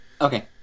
Okay